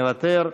מוותר,